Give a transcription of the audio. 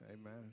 Amen